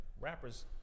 Rappers